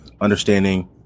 understanding